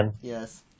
Yes